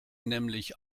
nämlich